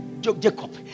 jacob